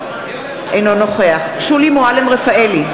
אינו נוכח שולי מועלם-רפאלי,